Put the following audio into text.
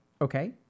Okay